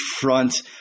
front